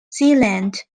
zealand